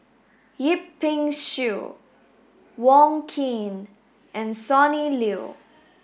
Yip Pin Xiu Wong Keen and Sonny Liew